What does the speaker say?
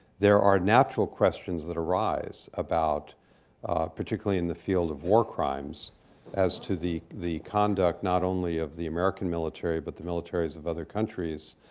there are natural questions that arise about particularly in the field of war crimes as to the the conduct not only of the american military but the militaries of other countries,